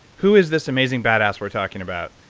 who is this amazing badass we are talking about?